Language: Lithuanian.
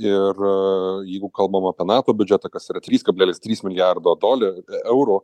ir jeigu kalbam apie nato biudžetą kas yra trys kablelis trys milijardo dolerių eurų